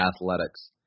athletics